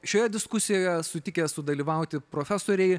šioje diskusijoje sutikę sudalyvauti profesoriai